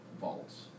vaults